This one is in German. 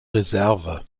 reserve